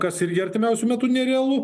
kas irgi artimiausiu metu nerealu